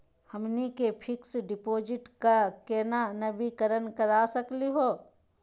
हमनी के fix deposit क केना नवीनीकरण करा सकली हो?